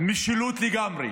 משילות לגמרי.